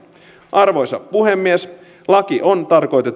arvoisa puhemies laki on tarkoitettu tulemaan voimaan heinäkuun alussa